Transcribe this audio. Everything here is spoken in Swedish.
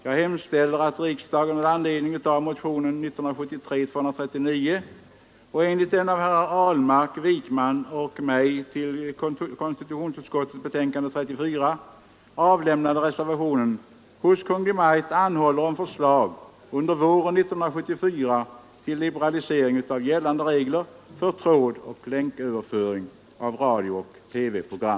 Jag hemställer att riksdagen med anledning av motionen 239 och i enlighet med den av herrar Ahlmark, Wijkman och mig till konstitutionsutskottets betänkande nr 34 avlämnade reservationen hos Kungl. Maj:t anhåller om förslag under våren 1974 till liberalisering av gällande regler för trådoch länköverföring av radiooch TV-program.